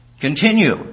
Continue